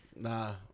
Nah